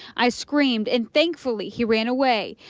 i screamed and thankfully, he ran away.